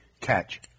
Catch